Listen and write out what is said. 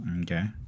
Okay